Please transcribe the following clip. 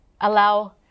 allow